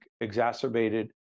exacerbated